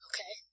Okay